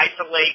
isolate